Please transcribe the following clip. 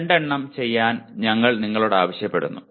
രണ്ട് എണ്ണം ചെയ്യാൻ ഞങ്ങൾ നിങ്ങളോട് ആവശ്യപ്പെടുന്നു